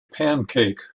pancake